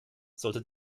sollte